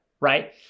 right